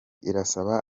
irasaba